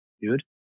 dude